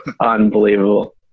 unbelievable